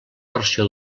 versió